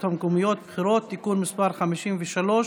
המקומיות (בחירות) (תיקון מס' 53)